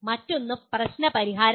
മറ്റൊന്ന് പ്രശ്ന പരിഹാരമാണ്